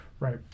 Right